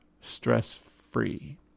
stress-free